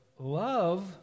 Love